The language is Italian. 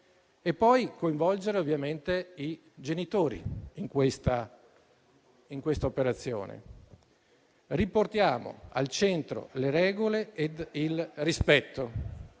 anche coinvolgere i genitori in questa operazione. Riportiamo al centro le regole e il rispetto,